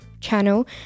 channel